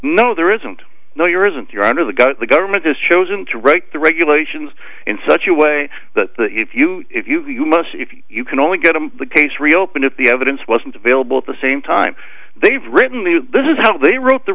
no there isn't no you're isn't you're under the gun the government has chosen to write the regulations in such a way that if you if you do you must you can only give them the case reopened at the evidence wasn't available at the same time they've written the this is how they wrote the